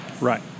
Right